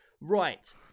Right